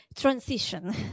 transition